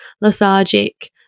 lethargic